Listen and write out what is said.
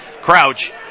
crouch